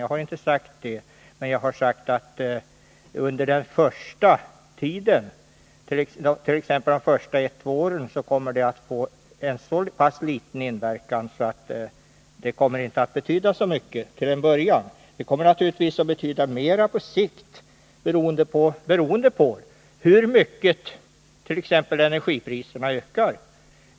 Jag har inte sagt det, men jag har sagt att under den första tiden, ett eller två år, kommer den inte att betyda så mycket. 127 Den kommer naturligtvis att betyda mer på sikt, beroende på t.ex. hur mycket energipriserna ökar.